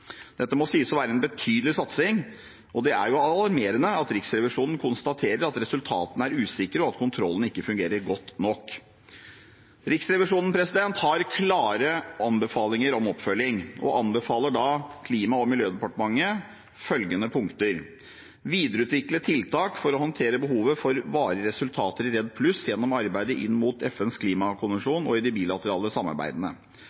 Dette må sies å være en betydelig satsing, og det er alarmerende at Riksrevisjonen konstaterer at resultatene er usikre, og at kontrollen ikke fungerer godt nok. Riksrevisjonen har klare anbefalinger om oppfølging og anbefaler Klima- og miljødepartementet å videreutvikle tiltak for å håndtere behovet for varige resultater i REDD+ gjennom arbeidet inn mot FNs